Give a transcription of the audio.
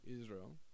Israel